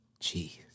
Jeez